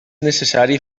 necessari